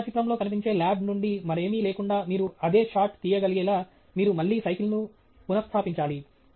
ఛాయాచిత్రంలో కనిపించే ల్యాబ్ నుండి మరేమీ లేకుండా మీరు అదే షాట్ తీయగలిగేలా మీరు మళ్ళీ సైకిల్ను పునస్థాపించాలి